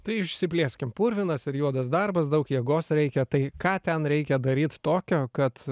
tai išsiplėskim purvinas ir juodas darbas daug jėgos reikia tai ką ten reikia daryt tokio kad